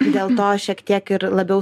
dėl to šiek tiek ir labiau